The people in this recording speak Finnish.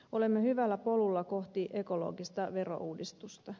olemme hyvällä polulla kohti ekologista verouudistusta